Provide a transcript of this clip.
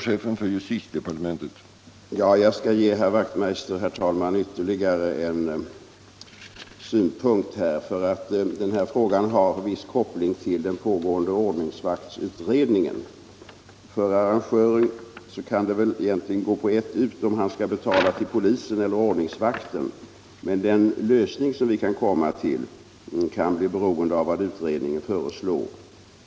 Herr talman! Jag skall ge herr Wachtmeister i Staffanstorp ytterligare en synpunkt, för den här frågan har viss koppling till den pågående ordningsvaktsutredningen. För arrangören kan det väl egentligen gå på ett ut om han skall betala till polisen eller till ordningsvakten, men den lösning som vi kommer till kan bli beroende av vad utredningen föreslår.